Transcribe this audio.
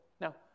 Now